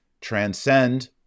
transcend